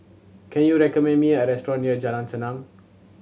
can you recommend me a restaurant near Jalan Senang